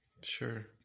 Sure